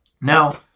Now